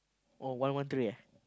oh one one three eh